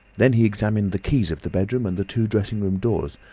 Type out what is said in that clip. then he examined the keys of the bedroom and the two dressing-room doors,